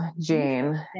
Jane